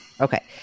Okay